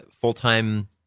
full-time